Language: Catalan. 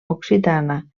occitana